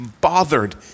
bothered